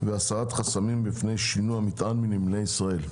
והסרת חסמים בפני שינוע מטען מנמלי ישראל.